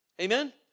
Amen